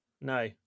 No